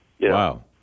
Wow